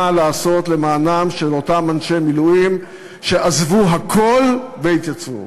לעשות למען אותם אנשי מילואים שעזבו הכול והתייצבו.